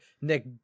Nick